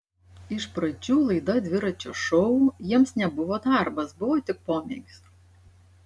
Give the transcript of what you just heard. iš pradžių laida dviračio šou jiems nebuvo darbas buvo tik pomėgis